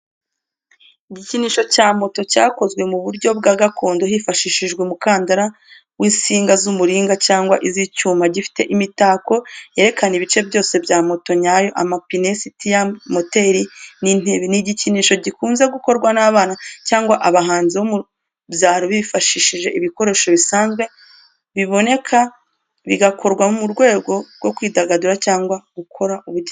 Igikinisho cya moto cyakozwe mu buryo bwa gakondo hifashishijwe umukandara w’insinga z’umuringa cyangwa iz’icyuma. Gifite imitako yerekana ibice byose bya moto nyayo: amapine, sitiya, moteri, n’intebe. Ni igikinisho gikunze gukorwa n’abana cyangwa abahanzi bo mu byaro bifashishije ibikoresho bisanzwe biboneka, bigakorwa mu rwego rwo kwidagadura cyangwa gukora ubugeni.